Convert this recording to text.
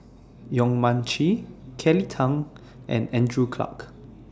Yong Mun Chee Kelly Tang and Andrew Clarke